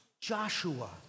Joshua